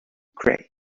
grey